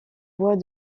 bois